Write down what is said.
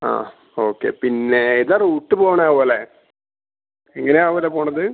ആ ഓക്കെ പിന്നെ ഏതാ റൂട്ട് പോണത് ആവോ അല്ലെ ഇങ്ങനെയാവൂല്ലെ പോണത്